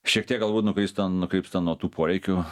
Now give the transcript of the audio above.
šiek tiek galbūt nukrysta nukrypsta nuo tų poreikių